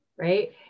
right